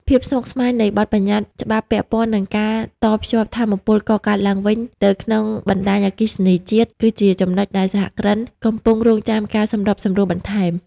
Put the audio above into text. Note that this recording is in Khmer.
ភាពស្មុគស្មាញនៃបទបញ្ញត្តិច្បាប់ពាក់ព័ន្ធនឹងការតភ្ជាប់ថាមពលកកើតឡើងវិញទៅក្នុងបណ្ដាញអគ្គិសនីជាតិ គឺជាចំណុចដែលសហគ្រិនកំពុងរង់ចាំការសម្របសម្រួលបន្ថែម។